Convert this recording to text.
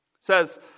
says